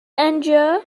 endure